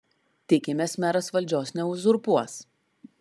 tikimės meras valdžios neuzurpuos